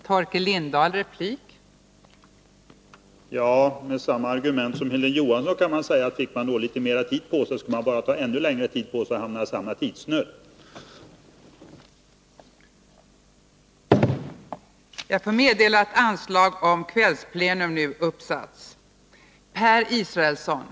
Fru talman! Med samma argument som Hilding Johansson använde kan jag säga att om man fick litet mer tid på sig, skulle man bara ta ännu längre tid på sig och hamna i samma tidsnöd.